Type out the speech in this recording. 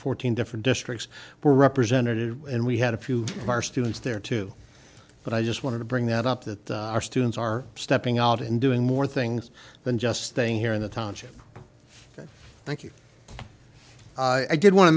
fourteen different districts were representative and we had a few of our students there too but i just wanted to bring that up that our students are stepping out and doing more things than just staying here in the township thank you i did